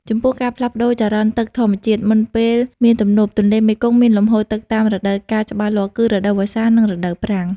ចំពោះ ការផ្លាស់ប្ដូរចរន្តទឹកធម្មជាតិ មុនពេលមានទំនប់ ទន្លេមេគង្គមានលំហូរទឹកតាមរដូវកាលច្បាស់លាស់គឺ រដូវវស្សា និងរដូវប្រាំង។